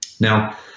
Now